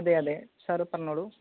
അതെ അതെ സാര് പറഞ്ഞുകൊള്ളൂ